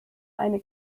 eine